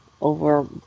over